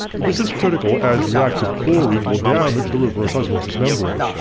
this is critical as reactive chlorine will damage the reverse osmosis membrane,